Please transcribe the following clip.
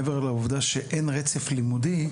מעבר לעובדה שאין רצף לימודי,